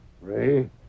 Ray